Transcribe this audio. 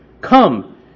come